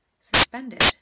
suspended